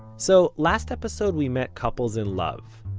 so last episode we met couples in love.